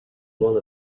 one